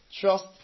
Trust